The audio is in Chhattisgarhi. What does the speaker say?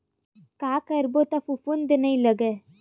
का करबो त फफूंद नहीं लगय?